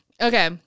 okay